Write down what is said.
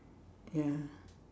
ya